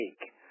take